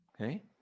Okay